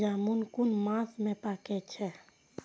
जामून कुन मास में पाके छै?